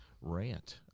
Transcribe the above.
rant